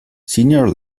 senior